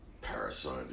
parasite